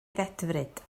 ddedfryd